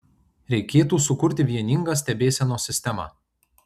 reikėtų sukurti vieningą stebėsenos sistemą